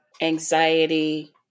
anxiety